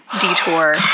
detour